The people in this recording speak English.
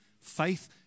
Faith